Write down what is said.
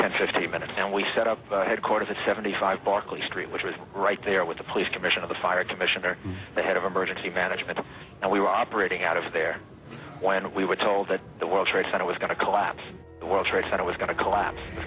about fifteen minutes and we set up headquarters at seventy five barclay street which is right there with the police commissioner the fire commissioner the head of emergency management and we were operating out of there when we were told that the world trade center was going to collapse the world trade center was going to collapse